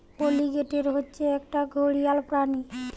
alligator হচ্ছে একটা ঘড়িয়াল প্রাণী